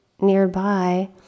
nearby